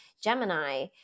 Gemini